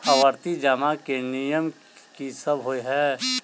आवर्ती जमा केँ नियम की सब होइ है?